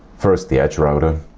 first the edge router